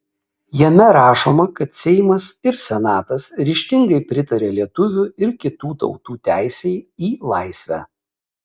jame rašoma kad seimas ir senatas ryžtingai pritaria lietuvių ir kitų tautų teisei į laisvę